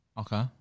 Okay